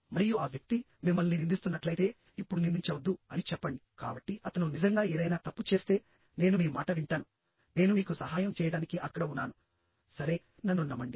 మరియు ఆ వ్యక్తి మిమ్మల్ని నిందిస్తున్నట్లయితే ఇప్పుడు నిందించవద్దు అని చెప్పండి కాబట్టి అతను నిజంగా ఏదైనా తప్పు చేస్తే నేను మీ మాట వింటాను నేను మీకు సహాయం చేయడానికి అక్కడ ఉన్నాను సరే నన్ను నమ్మండి